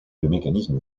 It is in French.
mécanisme